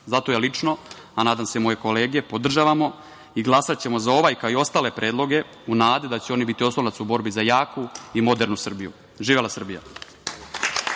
zato ja lično, a nadam se i moje kolege, podržavam i glasaću za ovaj, kao i ostale predloge, u nadi da će oni biti oslonac u borbi za jaku i modernu Srbiju. Živela Srbija.